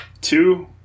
two